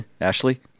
Ashley